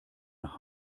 nach